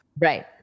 Right